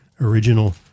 original